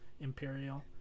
imperial